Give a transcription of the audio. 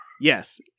Yes